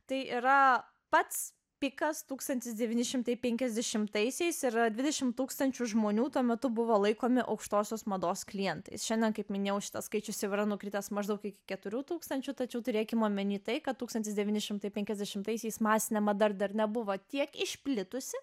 tai yra pats pikas tūkstantis devyni šimtai penkiasdešimtaisiais yra dvidešim tūkstančių žmonių tuo metu buvo laikomi aukštosios mados klientais šiandien kaip minėjau šitas skaičius jau yra nukritęs maždaug iki keturių tūkstančių tačiau turėkim omeny tai kad tūkstantis devyni šimtai penkiasdešimtaisiais masinė mada dar nebuvo tiek išplitusi